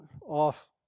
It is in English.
off